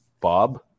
Bob